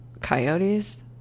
coyotes